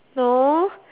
no